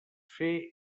fer